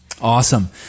Awesome